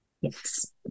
Yes